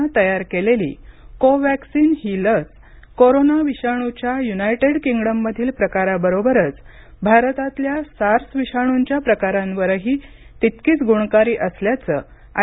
नं तयार केलेली कोवॅक्सिन ही लस कोरोना विषाणूच्या युनायटेड किंग्डममधील प्रकाराबरोबरच भारतातल्या सार्स विषाणूंच्या प्रकारांवरही तितकीच गुणकारी असल्याचं आय